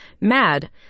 MAD